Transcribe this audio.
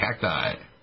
cacti